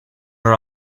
her